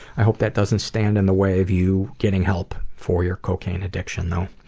i hope that doesn't stand in the way of you getting help for your cocaine addiction, though.